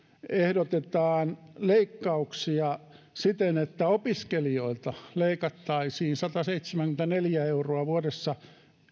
ehdotetaan leikkauksia siten että opiskelijoilta leikattaisiin sataseitsemänkymmentäneljä euroa vuodessa